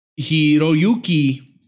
Hiroyuki